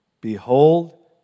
Behold